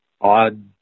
odd